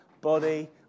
body